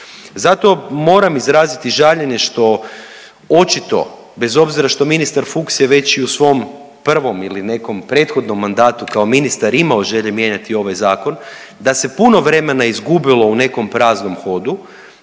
Zato moram izraziti žaljenje što očito bez obzira što ministar Fuchs je već i u svom prvom ili nekom prethodnom mandatu kao ministar imao želje mijenjati ovaj zakon, da se puno vremena izgubilo u nekom praznom hodu,